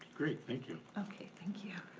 great, thank you. okay, thank you.